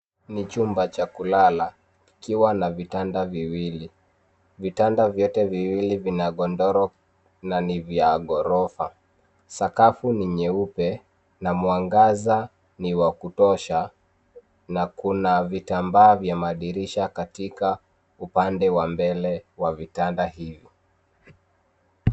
Ni chumba cha kulala kikiwa na vitanda viwili. Vitanda vyote viwili vina godoro na ni vya ghorofa. Sakafu ni nyeupe na mwangaza ni WA kutosha na kuna vitambaa vya madirisha katika upande wa mbele wa vitanda hivi.